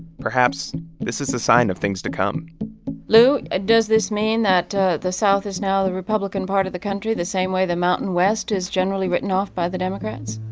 perhaps this is a sign of things to come lou, ah does this mean that the south is now the republican part of the country, the same way the mountain west is generally written off by the democrats?